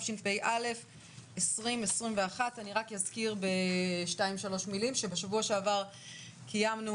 התשפ"א 2021. אני רק אזכיר בשתיים-שלוש מילים שבשבוע שעבר קיימנו